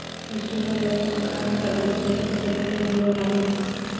Festival loan खातिर आवेदन कईला पर केतना दिन मे लोन आ जाई?